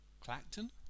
Clacton